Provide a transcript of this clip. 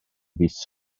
fis